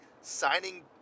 signing